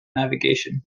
navigation